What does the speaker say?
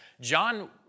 John